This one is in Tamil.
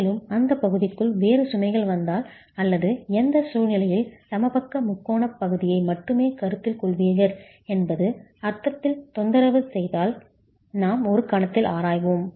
மேலும் அந்த பகுதிக்குள் வேறு சுமைகள் வந்தால் அல்லது எந்த சூழ்நிலையில் சமபக்க முக்கோணப் பகுதியை மட்டுமே கருத்தில் கொள்வீர்கள் என்பது அர்த்தத்தில் தொந்தரவு செய்தால் நாம் ஒரு கணத்தில் ஆராய்வோம்